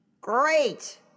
Great